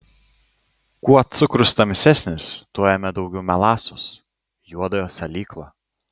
kuo cukrus tamsesnis tuo jame daugiau melasos juodojo salyklo